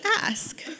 ask